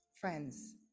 friends